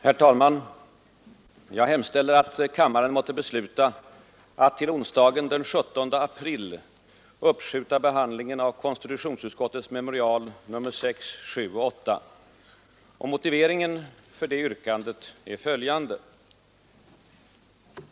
Herr talman! Jag hemställer att kammaren måtte besluta att till onsdagen den 17 april uppskjuta behandlingen av konstitutionsutskottets betänkanden nr 6, 7 och 8. Motiveringen för detta yrkande är följande.